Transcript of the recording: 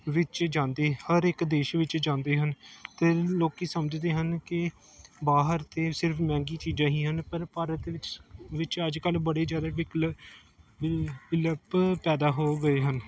ਵਿੱਚ ਜਾਂਦੇ ਹਰ ਇੱਕ ਦੇਸ਼ ਵਿੱਚ ਜਾਂਦੇ ਹਨ ਅਤੇ ਲੋਕ ਸਮਝਦੇ ਹਨ ਕਿ ਬਾਹਰ ਤਾਂ ਸਿਰਫ ਮਹਿੰਗੀ ਚੀਜ਼ਾਂ ਹੀ ਹਨ ਪਰ ਭਾਰਤ ਵਿੱਚ ਵਿੱਚ ਅੱਜ ਕੱਲ੍ਹ ਬੜੇ ਜ਼ਿਆਦਾ ਵਿਕਲ ਵਿਲ ਵਿਕਲਪ ਪੈਦਾ ਹੋ ਗਏ ਹਨ